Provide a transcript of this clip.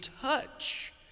touch